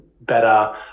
better